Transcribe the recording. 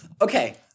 Okay